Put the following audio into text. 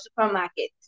supermarket